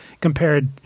compared